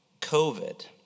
COVID